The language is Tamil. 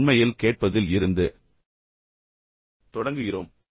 நாம் உண்மையில் கேட்பதில் இருந்து தொடங்குகிறோம்